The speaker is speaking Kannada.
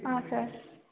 ಹಾಂ ಸರ್